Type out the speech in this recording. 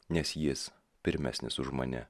nes jis pirmesnis už mane